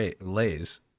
lays